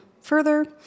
further